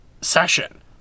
session